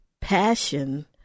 Passion